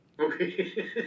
Okay